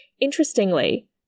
Interestingly